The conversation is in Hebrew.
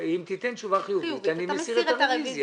אם היא תיתן תשובה חיובית, אני מסיר את הרביזיה.